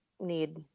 need